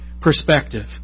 perspective